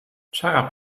چقدر